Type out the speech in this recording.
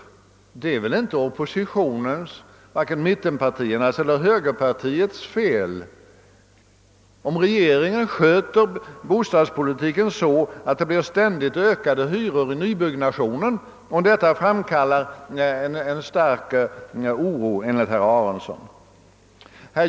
Det är väl inte oppositionens, vare sig mittenpartiernas eller högerpartiets, fel om regeringen sköter bostadspolitiken så, att det blir ständigt ökade hyror i nybyggnationen och om detta framkallar en stark oro enligt herr Aronson.